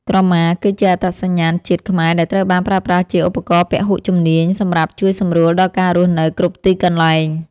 ក្រមាគឺជាអត្តសញ្ញាណជាតិខ្មែរដែលត្រូវបានប្រើប្រាស់ជាឧបករណ៍ពហុជំនាញសម្រាប់ជួយសម្រួលដល់ការរស់នៅគ្រប់ទីកន្លែង។